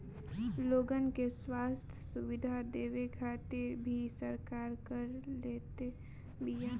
लोगन के स्वस्थ्य सुविधा देवे खातिर भी सरकार कर लेत बिया